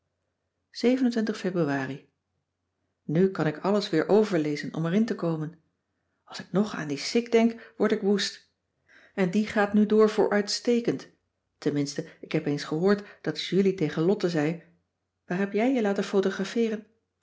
februari nu kan ik alles weer overlezen om erin te komen als ik nog aan die sik denk word ik woest en die gaat nu door voor uitstekend tenminste ik heb eens gehoord dat julie tegen lotte zei waar heb jij je laten photografeeren